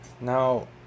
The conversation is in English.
Now